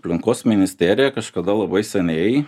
aplinkos ministerija kažkada labai seniai